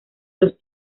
los